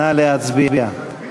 נא להצביע.